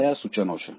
તે કયા સૂચનો છે